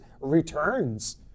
returns